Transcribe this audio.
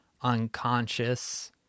unconscious